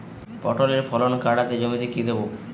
পটলের ফলন কাড়াতে জমিতে কি দেবো?